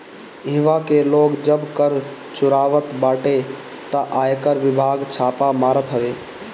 इहवा के लोग जब कर चुरावत बाटे तअ आयकर विभाग छापा मारत हवे